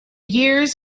years